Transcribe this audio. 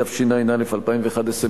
התשע"א 2011,